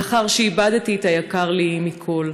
לאחר שאיבדתי את היקר לי מכול.